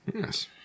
Yes